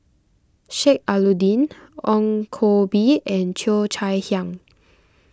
Sheik Alau'ddin Ong Koh Bee and Cheo Chai Hiang